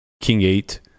king-eight